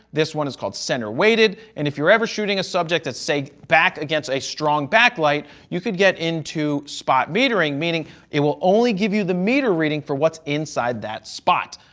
this one is called center-weighted. and if you're ever shooting a subject at, say, back against a strong back light, you could get into spot metering, meaning it will only give you the meter reading for what's inside that spot.